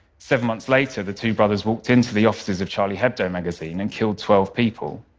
seven months later, the two brothers walked into the offices of charlie hebdo magazine and killed twelve people,